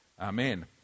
Amen